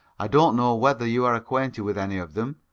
i don't know whether you are acquainted with any of them.